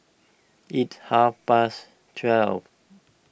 its half past twelve